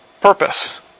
purpose